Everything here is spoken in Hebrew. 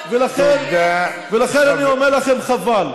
ולכן אני אומר לכם, חבל.